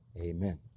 amen